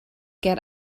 get